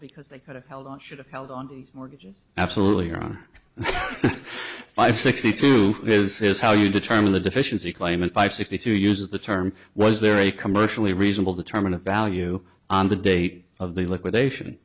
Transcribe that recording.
because they could have held on should have held on these mortgages absolutely on five six this is how you determine the deficiency claimant by sixty to use the term was there a commercially reasonable determine a value on the date of the liquidation